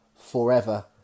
Forever